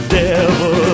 devil